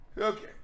Okay